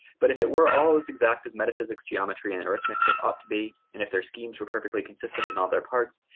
but if it were all as exact as metaphysics geometry and arithmetic ought to be and if their schemes were perfectly consistent in other parts,